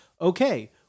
okay